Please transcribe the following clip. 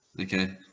okay